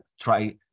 try